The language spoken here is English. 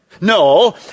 No